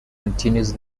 continues